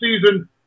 season